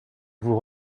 vous